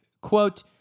quote